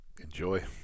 enjoy